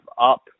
up